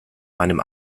meinem